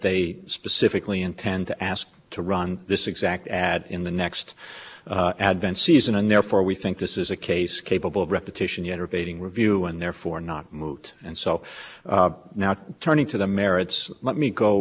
they specifically intend to ask to run this exact ad in the next advent season and therefore we think this is a case capable of repetition enervating review and therefore not moot and so now turning to the merits let me go